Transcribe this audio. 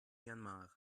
myanmar